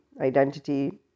identity